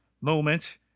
moment